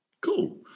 Cool